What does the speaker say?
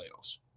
playoffs